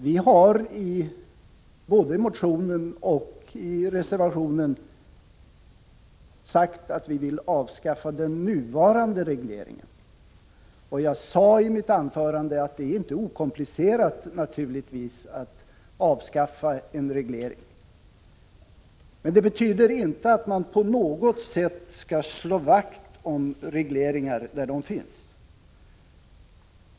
Vi har i både motionen och ZH sreservationen förklarat att vi vill avskaffa den nuvarande regleringen. Jag sade i mitt anförande att det naturligtvis inte är okomplicerat att avskaffa en reglering, men det betyder inte att man på något sätt skall slå vakt om regleringar där de finns.